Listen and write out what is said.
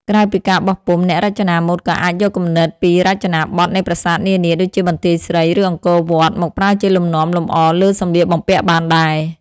ក្រៅពីការបោះពុម្ព អ្នករចនាម៉ូដក៏អាចយកគំនិតពីរចនាបទនៃប្រាសាទនានា ដូចជាបន្ទាយស្រី ឬអង្គរវត្ត មកប្រើជាលំនាំលម្អលើសម្លៀកបំពាក់បានដែរ។